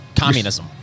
Communism